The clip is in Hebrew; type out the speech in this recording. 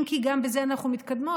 אם כי גם בזה אנחנו מתקדמות.